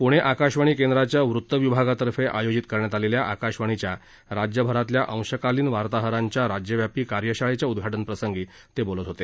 पूणे आकाशवाणी केंद्राच्या वृत्त विभागांतर्फे आयोजित करण्यात आलेल्या आकाशवाणीच्या राज्यभरातील अंशकालीन वार्ताहरांच्या राज्यव्यापी कार्यशाळेच्या उद्घाटन प्रसंगी ते बोलत होते